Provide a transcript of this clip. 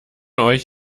euch